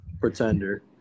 Pretender